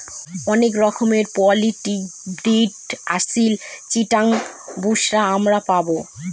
অনেক রকমের poultry breed Aseel, Chittagong, বুশরা আমরা পাবো